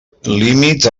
límit